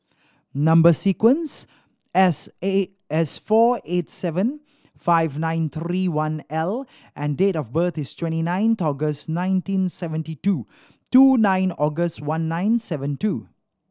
number sequence S eight S four eight seven five nine three one L and date of birth is twenty nine August nineteen seventy two two nine August one nine seven two